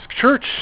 church